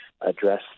address